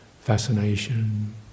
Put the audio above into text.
fascination